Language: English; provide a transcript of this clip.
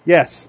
Yes